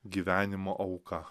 gyvenimo auka